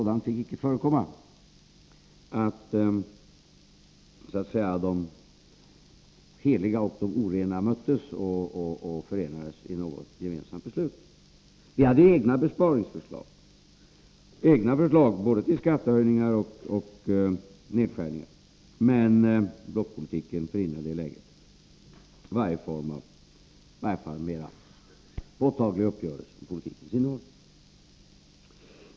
Det fick inte förekomma att så att säga de heliga och de orena möttes och förenades i ett gemensamt beslut. Vi hade egna förslag både till skattehöjningar och till nedskärningar av utgifter, men blockpolitiken förhindrade i det läget varje form av i varje fall mera påtagliga uppgörelser.